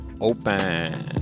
open